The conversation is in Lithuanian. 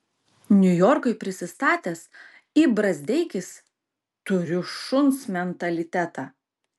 niujorkui prisistatęs i brazdeikis turiu šuns mentalitetą